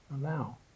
allow